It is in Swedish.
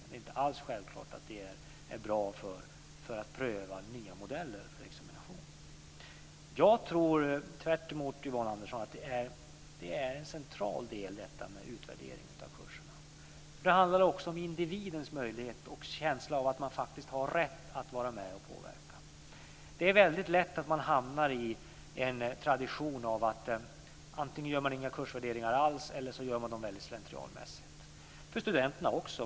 Det är inte alls säkert att det är bra för att pröva nya modeller för examination. Jag tror tvärtemot Yvonne Andersson att utvärdering av kurserna är en central del. Det handlar också om individens möjligheter och känsla av att man faktiskt har rätt att vara med och påverka. Det är väldigt lätt att vi hamnar in en tradition av att man antingen inte gör några kursvärderingar alls eller så gör man dem väldigt slentrianmässigt. Det gäller studenterna också.